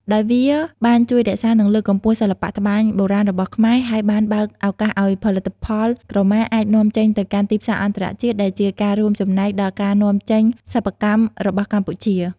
ដោយវាបានជួយរក្សា និងលើកកម្ពស់សិល្បៈត្បាញបុរាណរបស់ខ្មែរ ហើយបានបើកឱកាសឲ្យផលិតផលក្រមាអាច នាំចេញទៅកាន់ទីផ្សារអន្តរជាតិ ដែលជាការរួមចំណែកដល់ការនាំចេញសិប្បកម្មរបស់កម្ពុជា។